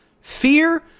Fear